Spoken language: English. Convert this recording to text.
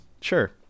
sure